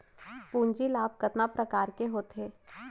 पूंजी लाभ कतना प्रकार के होथे?